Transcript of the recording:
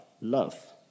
love